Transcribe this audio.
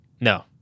No